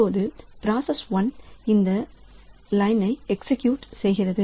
இப்போது பிராசஸ் 1 இந்த லைனை எக்ஸிக்யூட் செய்கிறது